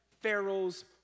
Pharaoh's